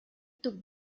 took